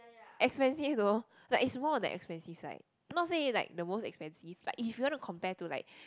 expensive though like it's more on the expensive side not say it like the most expensive but if you wanna compare to like